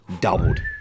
Doubled